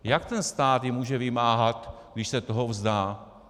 Jak ji ten stát může vymáhat, když se toho vzdá?